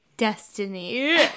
Destiny